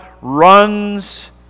runs